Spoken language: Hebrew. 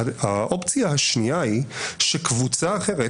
האופציה השנייה היא שקבוצה אחרת,